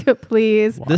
please